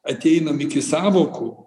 ateinam iki sąvokų